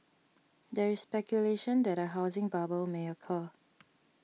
there is speculation that a housing bubble may occur